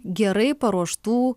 gerai paruoštų